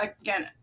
again